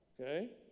Okay